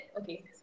okay